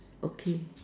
okay